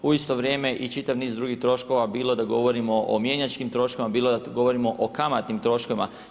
U isto vrijem i čitav niz drugih troškova bilo da govorimo o mjenjačkim troškovima, bilo da govorimo o kamatnim troškovima.